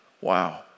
Wow